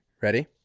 Ready